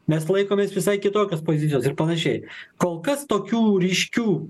mes laikomės visai kitokios pozicijos ir panašiai kol kas tokių ryškių